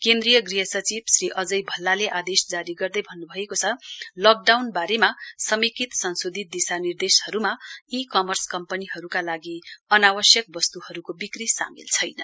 केन्द्रीय गृह सचिव श्री अजय भल्लाले आदेश जारी गर्दै भन्नुभएकोछ लकडाउन बारेमा समेकित संशोधित दिशानिर्देशहरूमा इ कमर्स कम्पनीहरूलाई अनावश्यक वस्तुहरूको बिक्री सामेल छैन